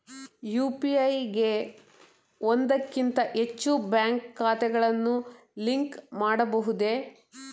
UPI ಗೆ ಒಂದಕ್ಕಿಂತ ಹೆಚ್ಚು ಬ್ಯಾಂಕ್ ಖಾತೆಗಳನ್ನು ಲಿಂಕ್ ಮಾಡಬಹುದೇ?